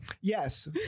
yes